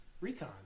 recon